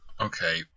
Okay